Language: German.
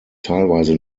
teilweise